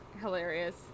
Hilarious